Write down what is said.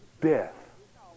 Death